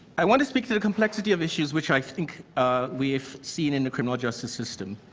i want to speak to the complexity of issues which i think we've seen in the criminal justice system.